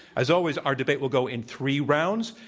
as always, our debate will go in three rounds,